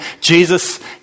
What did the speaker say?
Jesus